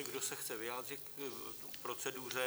Kdo se chce vyjádřit k proceduře?